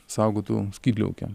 saugotų skydliaukę